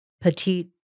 petite